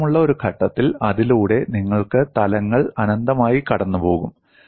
താൽപ്പര്യമുള്ള ഒരു ഘട്ടത്തിൽ അതിലൂടെ നിങ്ങൾക്ക് തലങ്ങൾ അനന്തമായി കടന്നുപോകും